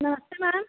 नमस्ते मैम